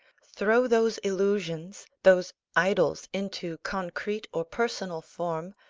throw those illusions, those idols, into concrete or personal form,